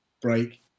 break